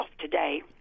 today